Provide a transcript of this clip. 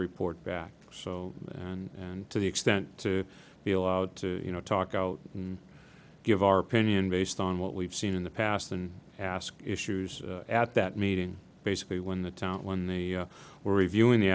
report back so and to the extent to be allowed to you know talk out and give our opinion based on what we've seen in the past and ask issues at that meeting basically when the time when they were reviewing the